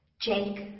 Jake